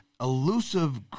elusive